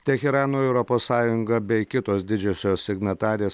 teheranui europos sąjunga bei kitos didžiosios signatarės